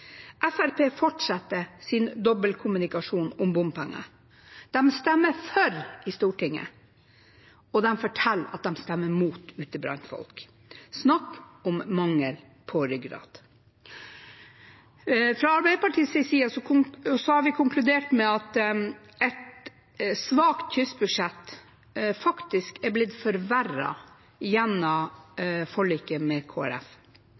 Fremskrittspartiet fortsetter sin dobbeltkommunikasjon om bompenger, de stemmer for i Stortinget, og de forteller ute blant folk at de stemmer mot – snakk om mangel på ryggrad. Fra Arbeiderpartiets side har vi konkludert med at et svakt kystbudsjett faktisk er blitt forverret gjennom forliket med